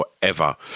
forever